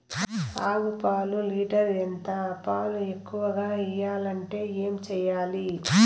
ఆవు పాలు లీటర్ ఎంత? పాలు ఎక్కువగా ఇయ్యాలంటే ఏం చేయాలి?